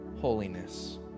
holiness